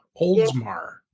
Oldsmar